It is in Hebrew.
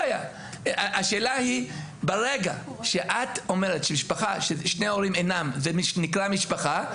ברגע שאת אומרת ששני ההורים אינם זה נקרא משפחה,